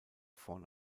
vorn